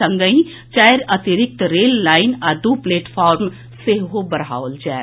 संगहि चारि अतिरिक्त रेल लाईन आ दू प्लेटफार्म सेहो बढ़ाओल जायत